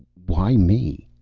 why me?